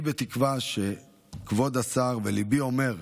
כולי תקווה שכבוד השר, וליבי אומר,